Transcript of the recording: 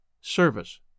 Service